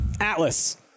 Atlas